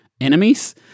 enemies